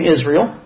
Israel